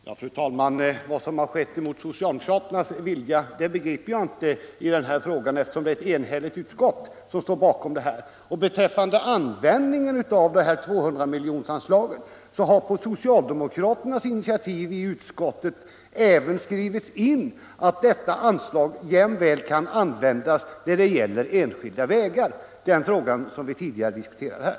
Fru talman! Vad som har skett mot socialdemokraternas vilja begriper jag inte, eftersom ett enhälligt utskott står bakom förslaget. Beträffande användningen av anslaget på 200 milj.kr. har på socialdemokraternas initiativ i utskottet även skrivits in att detta anslag jämväl kan användas när det gäller enskilda vägar — den fråga som vi tidigare har diskuterat här.